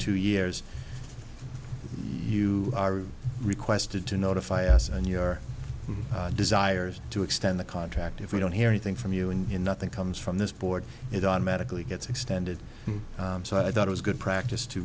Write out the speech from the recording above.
two years you are requested to notify us and your desires to extend the contract if we don't hear anything from you in nothing comes from this board it automatically gets extended so i thought it was good practice to